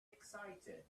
excited